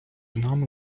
нами